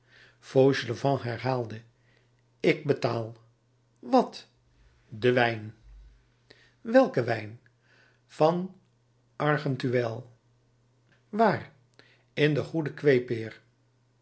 fauchelevent herhaalde ik betaal wat den wijn welken wijn van argenteuil waar in de goede kweepeer